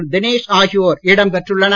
பழனிவேல் ஆகியோர் இடம் பெற்றுள்ளனர்